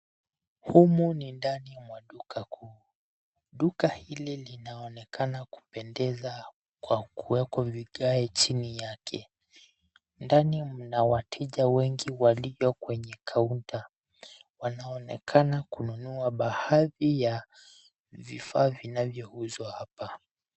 Humu ni ndani mwa duka kuu. Duka hili linaonekana kupendeza kwa kuwekwa vigae chini yake. Ndani mna wateja wengi walio kwenye kaunta wanaonekana kununua baadhi ya vifaa vinavyouzwa hapa.